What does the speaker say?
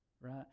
right